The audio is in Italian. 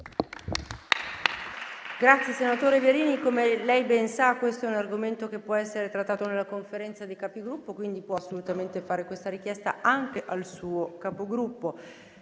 Senatore Verini, come ben sa, questo è un argomento che può essere trattato nella Conferenza dei Capigruppo, quindi può assolutamente avanzare questa richiesta anche al suo Capogruppo.